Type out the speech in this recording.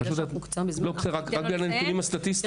זה בגלל הנתונים הסטטיסטיים.